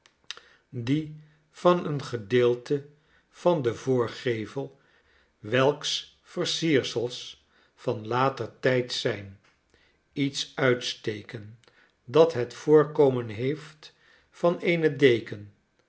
die van een gedeelte van den voorgevel welks versiersels van later tijd zijn iets uitsteken dat het voorkomen heeft van eene deken